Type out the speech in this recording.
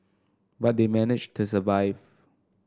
but they managed to survive